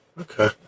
Okay